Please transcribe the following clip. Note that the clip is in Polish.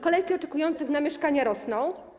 Kolejki oczekujących na mieszkanie rosną.